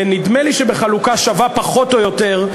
נדמה לי שבחלוקה שווה פחות או יותר,